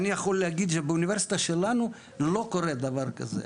אני יכול להגיד שבאוניברסיטה שלנו לא קורה דבר כזה.